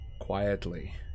quietly